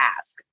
ask